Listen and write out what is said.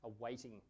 awaiting